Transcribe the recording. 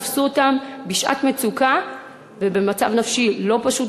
תפסו אותן בשעת מצוקה ובמצב נפשי לא פשוט,